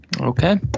Okay